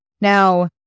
now